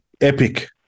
epic